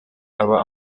aba